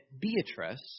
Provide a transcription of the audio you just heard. Beatrice